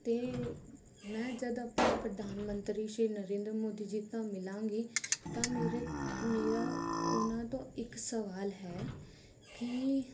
ਅਤੇ ਮੈਂ ਜਦ ਆਪਣੇ ਪ੍ਰਧਾਨ ਮੰਤਰੀ ਸ਼੍ਰੀ ਨਰਿੰਦਰ ਮੋਦੀ ਜੀ ਤਾਂ ਮਿਲਾਂਗੀ ਤਾਂ ਮੇਰੇ ਮੇਰਾ ਉਹਨਾਂ ਤੋਂ ਇੱਕ ਸਵਾਲ ਹੈ ਕਿ